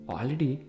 Already